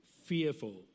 fearful